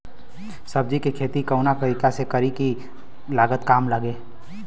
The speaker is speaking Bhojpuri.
सब्जी के खेती कवना तरीका से करी की लागत काम लगे?